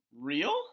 Real